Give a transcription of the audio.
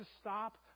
stop